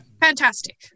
Fantastic